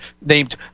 named